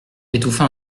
étouffa